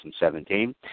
2017